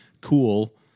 cool